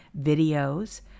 Videos